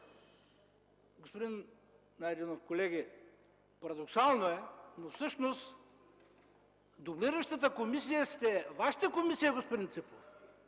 Господин Найденов, колеги! Парадоксално е, но всъщност дублиращата комисия сте Вашата комисия, господин Ципов!